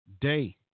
day